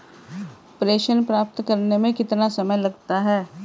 प्रेषण प्राप्त करने में कितना समय लगता है?